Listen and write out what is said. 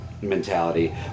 mentality